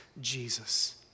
Jesus